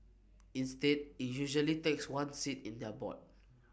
instead IT usually takes one seat in their board